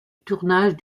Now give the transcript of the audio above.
tournage